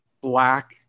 black